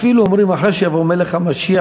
אפילו אומרים: אחרי שיבוא מלך המשיח,